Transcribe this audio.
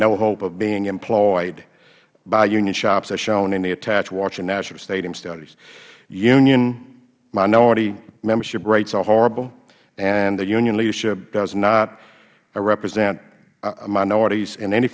any hope of being employed by union shops as shown in the attached washington national stadium studies union minority membership rates are horrible and the union leadership does not represent minorities in any